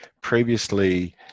previously